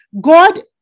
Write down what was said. God